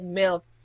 milk